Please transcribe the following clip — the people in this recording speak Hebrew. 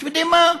אתם יודעים מה?